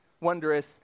wondrous